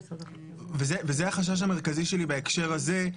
זה החשש המרכזי שלי בהקשר הזה.